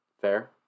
Fair